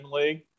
league